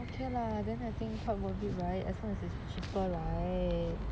okay lah then I think quite worth it right as long as it's cheaper right